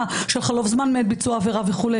של חלוף הזמן מעת ביצוע העבירה וכו',